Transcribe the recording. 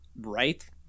Right